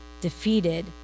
defeated